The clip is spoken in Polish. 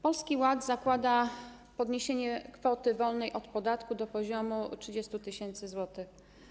Polski Ład zakłada podniesienie kwoty wolnej od podatku do poziomu 30 tys. zł.